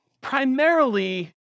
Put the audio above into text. primarily